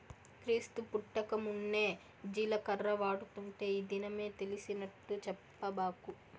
క్రీస్తు పుట్టకమున్నే జీలకర్ర వాడుతుంటే ఈ దినమే తెలిసినట్టు చెప్పబాకు